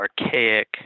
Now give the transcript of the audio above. archaic